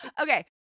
Okay